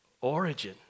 origin